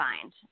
find